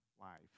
life